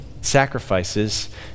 sacrifices